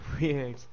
weird